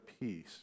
peace